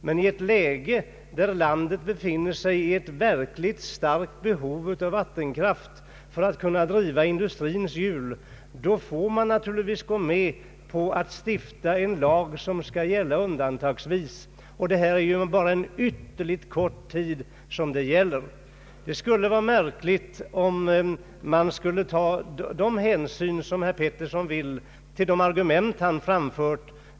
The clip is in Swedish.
Men i ett läge där landet har ett verkligt stort behov av vattenkraft för att kunna driva industrin får man naturligtvis gå med på att stifta en lag som skall gälla undantagsvis, och här är det bara fråga om en ytterligt kort tid. Det skulle vara märkligt, om man i det läget skulle tvingas ta den hänsyn herr Pettersson vill enligt de argument som han här framfört.